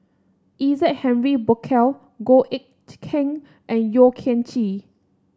Isaac Henry Burkill Goh Eck Kheng and Yeo Kian Chye